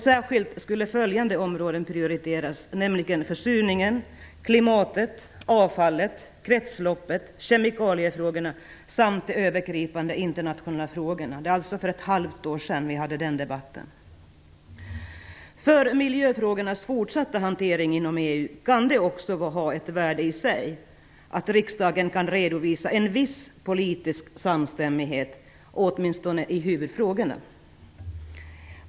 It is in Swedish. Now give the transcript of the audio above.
Särskilt skulle följande områden prioriteras: försurningen, klimatet, avfallet, kretsloppet, kemikaliefrågorna samt de övergripande internationella frågorna. Det är alltså ett halvt år sedan vi hade den debatten. kan det också ha ett värde i sig att riksdagen kan redovisa en viss politisk samstämmighet, åtminstone i huvudfrågorna.